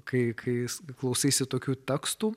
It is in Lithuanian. kai kai klausaisi tokių tekstų